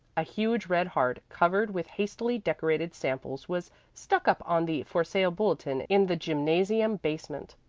a huge red heart covered with hastily decorated samples was stuck up on the for sale bulletin in the gymnasium basement,